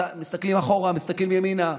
מסתכלים אחורה, מסתכלים ימינה,